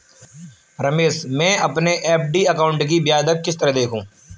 रमेश मैं अपने FD account की ब्याज दर किस तरह देखूं?